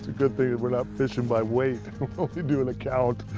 good thing we're not fishing by weight. only doing a count.